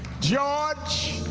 george,